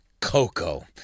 Coco